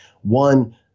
one